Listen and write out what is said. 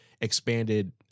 expanded